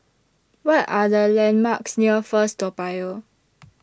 What Are The landmarks near First Toa Payoh